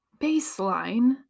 baseline